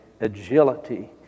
agility